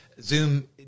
zoom